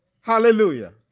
Hallelujah